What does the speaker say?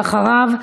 ואחריו,